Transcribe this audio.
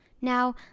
Now